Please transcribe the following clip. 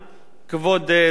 כבוד שר הפנים,